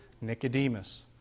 nicodemus